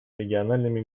региональными